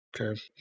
Okay